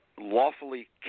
lawfully